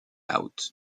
out